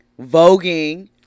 voguing